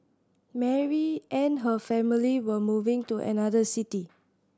Mary and her family were moving to another city